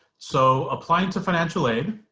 so applying to financial aid,